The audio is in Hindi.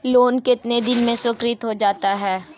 लोंन कितने दिन में स्वीकृत हो जाता है?